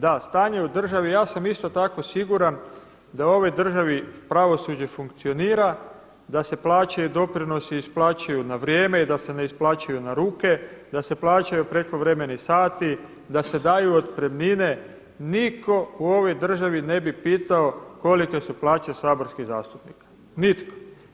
Da, stanje u državi ja sam isto tako siguran da u ovoj državi pravosuđe funkcionira, da se plaće i doprinosi isplaćuju na vrijeme i da se ne isplaćuju na ruke, da se plaćaju prekovremeni sati, da se daju otpremnine niko u ovoj državi ne bi pitao kolike su plaće saborskih zastupnika, nitko.